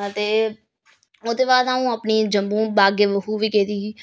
ते ओह्दे बाद आ'ऊं अपनी जम्मू बागे बहू बी गेदी ही